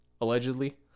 Allegedly